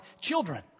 children